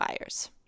buyers